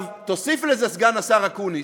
תוסיף לזה, סגן השר אקוניס,